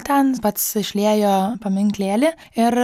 ten pats išliejo paminklėlį ir